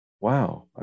Wow